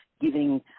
giving